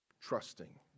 trusting